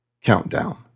Countdown